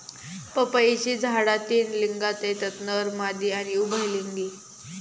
पपईची झाडा तीन लिंगात येतत नर, मादी आणि उभयलिंगी